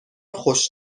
خوش